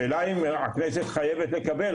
השאלה אם הכנסת חייבת לקבל,